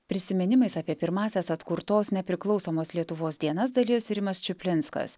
prisiminimais apie pirmąsias atkurtos nepriklausomos lietuvos dienas dalijosi rimas čuplinskas